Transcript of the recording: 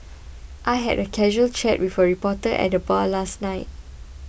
I had a casual chat with a reporter at the bar last night